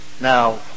Now